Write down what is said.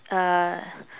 uh